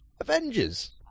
Avengers